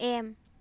M